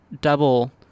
double